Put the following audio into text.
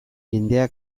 jendea